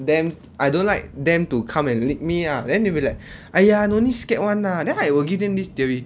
them I don't like them to come and lick me lah then they will be like !aiya! no need scared [one] lah then I will give them this theory